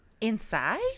Inside